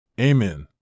Amen